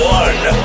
one